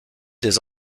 des